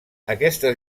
aquestes